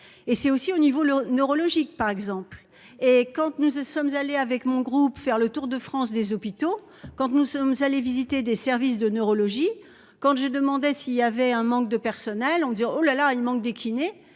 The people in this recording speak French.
Et c'est aussi au niveau neurologique par exemple et quand tu nous y sommes allés avec mon groupe, faire le tour de France des hôpitaux. Quand nous sommes allés visiter des services de neurologie. Quand j'ai demandé s'il y avait un manque de personnel en disant oh la la il manque des kinés et